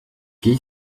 key